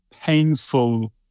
painful